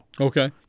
Okay